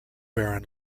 baron